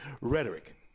rhetoric